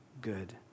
good